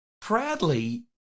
Proudly